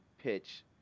pitch